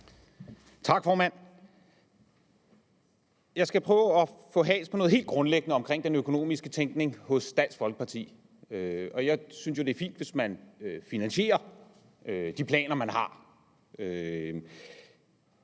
Tak formand. Jeg skal prøve at få has på noget helt grundlæggende omkring den økonomiske tænkning hos Dansk Folkeparti. Jeg synes jo, det er fint, hvis man finansierer de planer, man har.